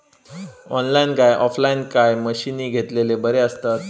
Online काय offline मशीनी घेतलेले बरे आसतात?